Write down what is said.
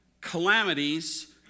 calamities